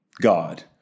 God